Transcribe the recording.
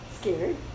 scared